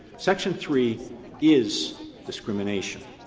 section three is discrimination.